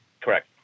Correct